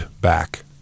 back